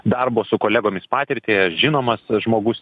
darbo su kolegomis patirtį žinomas žmogus